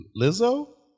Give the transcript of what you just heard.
lizzo